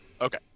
Okay